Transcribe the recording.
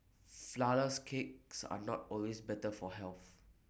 Flourless Cakes are not always better for health